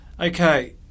Okay